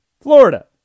Florida